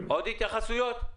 עוד התייחסויות?